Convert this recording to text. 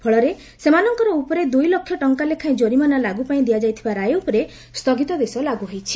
ଫଳରେ ସେମାନଙ୍କ ଉପରେ ଦୁଇଲକ୍ଷ ଟଙ୍କା ଲେଖାଏଁ କୋରିମାନା ଲାଗୁପାଇଁ ଦିଆଯାଇଥିବା ରାୟ ଉପରେ ସ୍ଥଗିତା ଦେଶ ଲାଗୁହୋଇଛି